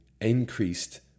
increased